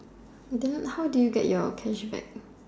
then how did you get your cashback